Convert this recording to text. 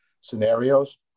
scenarios